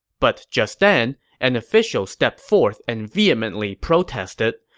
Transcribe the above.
but just then, an official stepped forth and vehemently protested.